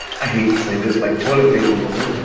i hate to say this like toilet paper roll.